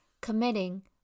committing